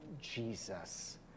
Jesus